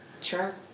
Sure